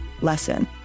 lesson